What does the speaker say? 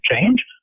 change